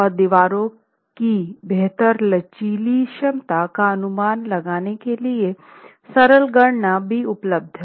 और दीवारों की बेहतर लचीली क्षमता का अनुमान लगाने के लिए सरल गणना भी उपलब्ध हैं